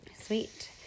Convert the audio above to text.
Sweet